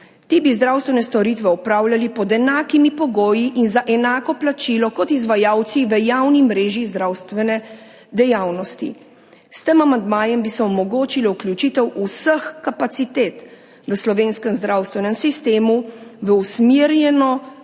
Ti bi zdravstvene storitve opravljali pod enakimi pogoji in za enako plačilo kot izvajalci v javni mreži zdravstvene dejavnosti. S tem amandmajem bi se omogočilo vključitev vseh kapacitet v slovenskem zdravstvenem sistemu v usmerjeno